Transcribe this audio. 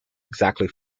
exactly